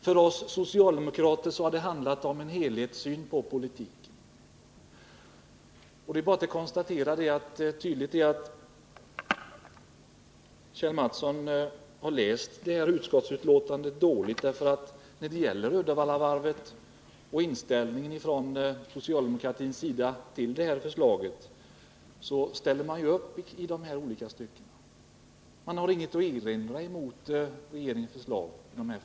För oss socialdemokrater har det i den här frågan handlat om en helhetssyn i politiken. Det är tydligt att Kjell Mattsson har läst betänkandet dåligt, för från socialdemokratins sida ställer vi ju upp på förslagen när det gäller Uddevallavarvet. Vi har inget att erinra emot regeringsförslagen i den frågan.